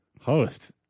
Host